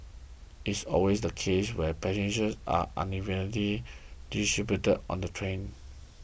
it is always the case where passengers are unevenly distributed on the train